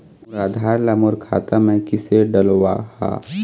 मोर आधार ला मोर खाता मे किसे डलवाहा?